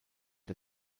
der